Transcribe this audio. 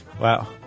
Wow